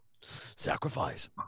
sacrifice